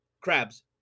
crabs